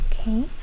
Okay